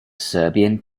serbian